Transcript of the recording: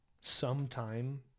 sometime